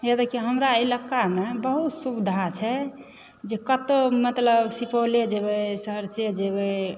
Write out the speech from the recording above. हे देखिऔ हमरा इलाकामे बहुत सुविधा छै जे कतहुँ मतलब सुपौले जेबय सहरसे जेबय